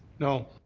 no.